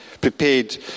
prepared